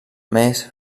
més